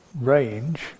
range